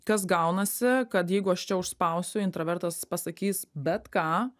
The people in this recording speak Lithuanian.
kas gaunasi kad jeigu aš čia užspausiu intravertas pasakys bet ką